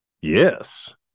Yes